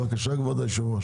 בבקשה כבוד היושב-ראש.